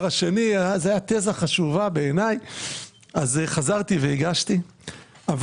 השני שלי - ובאמת כשחזרתי הגשתי אותה.